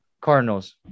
Cardinals